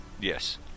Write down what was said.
Yes